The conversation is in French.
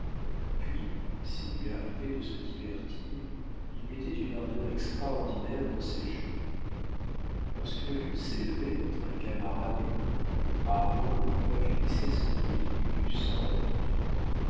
puis s'il lui arrivait de se divertir il mettait une ardeur extraordinaire dans ses jeux lorsqu'une lutte s'élevait entre un camarade et lui rarement le combat finissait sans qu'il y eût du sang répandu